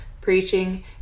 preaching